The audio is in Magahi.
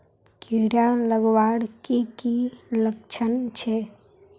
कीड़ा लगवार की की लक्षण छे?